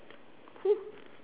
!woo!